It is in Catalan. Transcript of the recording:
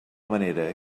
manera